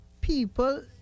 People